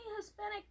hispanic